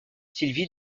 sylvie